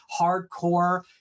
hardcore